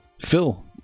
Phil